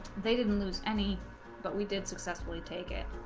they didn't lose any but we did successfully take it